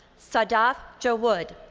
saddaf jowood.